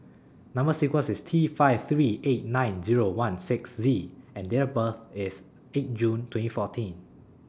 Number sequence IS T five three eight nine Zero one six Z and Date of birth IS eight June twenty fourteen